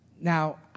Now